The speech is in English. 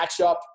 matchup